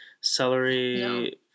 Celery